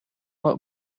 what